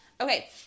Okay